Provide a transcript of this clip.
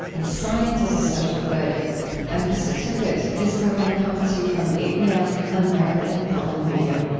and science as a social good i'm krista tippett. this program comes to you from apm, american public media